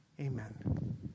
Amen